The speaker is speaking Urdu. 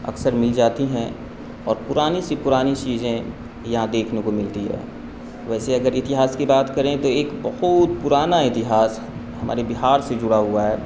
اکثر مل جاتی ہیں اور پرانی سی پرانی چیجیں یہاں دیکھنے کو ملتی ہے ویسے اگر اتہاس کی بات کریں تو ایک بہت پرانا اتہاس ہمارے بہار سے جڑا ہوا ہے